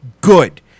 Good